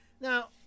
Now